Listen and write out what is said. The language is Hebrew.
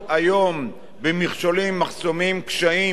קשיים של זוגות להינשא,